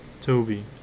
Toby